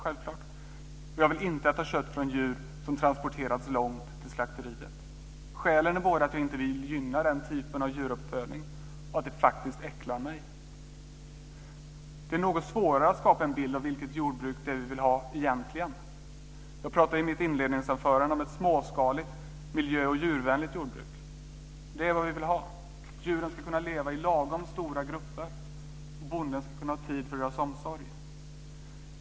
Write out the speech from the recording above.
Jag vill inte heller äta kött från djur som transporterats långt till slakteriet. Skälen är både att jag inte vill gynna den typen av djuruppfödning och att det faktiskt äcklar mig. Det är något svårare att skapa en bild av vilket jordbruk vi egentligen vill ha. Jag pratade i mitt inledningsanförande om ett småskaligt, miljö och djurvänligt jordbruk. Det är vad vi vill ha. Djuren ska kunna leva i lagom stora grupper, och bonden ska kunna ha tid för deras omsorg.